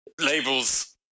labels